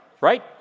right